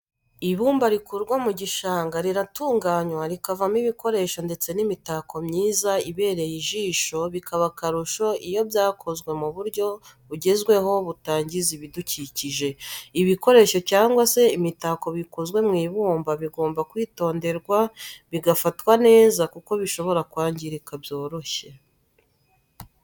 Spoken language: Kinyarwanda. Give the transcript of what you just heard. Ibumba rikurwa mu gishanga riratunganywa rikavamo ibikoresho ndetse n'imitako myiza ibereye ijisho bikaba akarusho iyo byakozwe mu buryo bugezweho butangiza ibidukikije. ibikoresho cyangwa se imitako bikozwe mu ibumba bigomba kwitonderwa bigafatwa neza kuko bishobora kwangirika byoroshye.